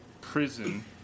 prison